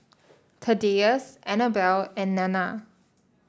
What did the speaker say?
Thaddeus Anabel and Nana